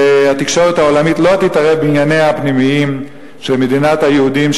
והתקשורת העולמית לא תתערב בענייניה הפנימיים של מדינת היהודים,